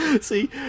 See